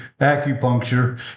acupuncture